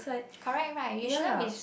correct right you shouldn't be